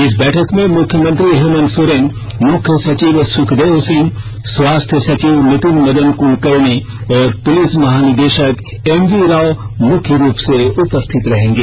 इस बैठक में मुख्यमंत्री हेमंत सोरेन मुख्य सचिव सुखदेव सिंह स्वास्थ्य सचिव नितिन मदन कुलकर्णी और पुलिस महानिदेषक एमवी राव मुख्य रूप से उपस्थित रहेंगे